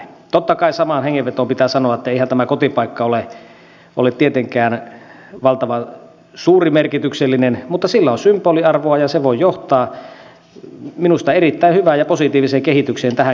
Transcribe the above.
totta kai samaan hengenvetoon pitää sanoa että eihän tämä kotipaikka ole tietenkään valtavan suurimerkityksellinen mutta sillä on symboliarvoa ja se voi johtaa minusta erittäin hyvään ja positiiviseen kehitykseen tähänkin suuntaan